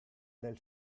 del